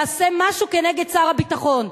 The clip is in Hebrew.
יעשה משהו נגד שר הביטחון.